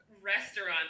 restaurant